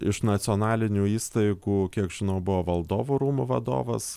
iš nacionalinių įstaigų kiek žinau buvo valdovų rūmų vadovas